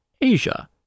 Asia